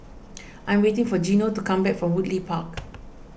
I am waiting for Geno to come back from Woodleigh Park